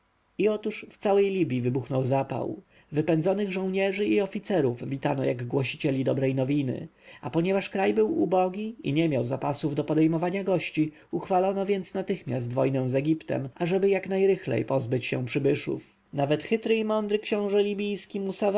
otóż w całej libji wybuchnął zapał wypędzonych żołnierzy i oficerów witano jak głosicieli dobrej nowiny a ponieważ kraj był ubogi i nie miał zapasów do podejmowania gości uchwalono więc natychmiast wojnę z egiptem ażeby jak najrychlej pozbyć się przybyszów nawet chytry i mądry książę libijski